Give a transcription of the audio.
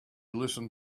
listen